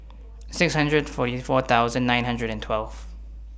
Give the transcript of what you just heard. six hundred forty four thousand nine hundred and twelve